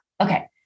okay